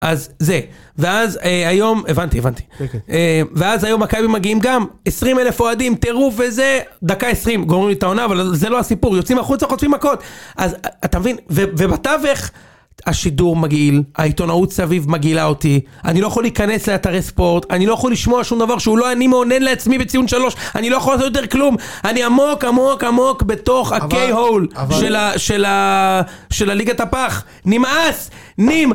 אז זה, ואז היום, הבנתי, הבנתי. ואז היום מכבי מגיעים גם, 20 אלף אוהדים, טירוף וזה, דקה 20, גומרים את העונה, אבל זה לא הסיפור, יוצאים החוצה, חוטפים מכות. אז, אתה מבין, ובתווך, השידור מגעיל, העיתונאות סביב מגעילה אותי, אני לא יכול להיכנס לאתרי ספורט, אני לא יכול לשמוע שום דבר שהוא לא אני מאונן לעצמי בציון שלוש, אני לא יכול לעשות יותר כלום, אני עמוק, עמוק, עמוק בתוך ה-K-Hole, של הליגת הפח, נמאס, נמ...